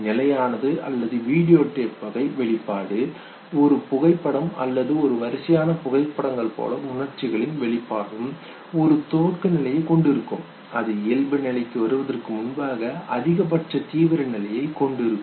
நிலையானது அல்லது video tape வகை வெளிப்பாடு ஒரு புகைப்படம் அல்லது ஒரு வரிசையான புகைப்படங்கள் போல உணர்ச்சிகளின் வெளிப்பாடும் ஒரு துவக்கப் நிலையை கொண்டிருக்கும் அது இயல்புநிலைக்கு வருவதற்கு முன்பாக அதிகப்பட்ச தீவிர நிலையை கொண்டிருக்கும்